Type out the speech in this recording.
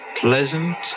pleasant